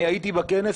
אני הייתי בכנס,